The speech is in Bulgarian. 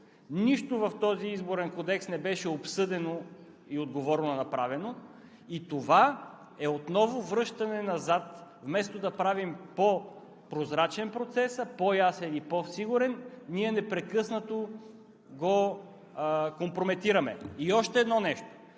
Нищо в този Изборен кодекс не беше обсъдено и отговорно направено, и това е отново връщане назад. Вместо да правим по-прозрачен процеса, по-ясен и по-сигурен, ние непрекъснато го компрометираме. И още едно нещо.